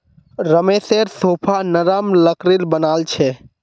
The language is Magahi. रमेशेर सोफा नरम लकड़ीर बनाल छ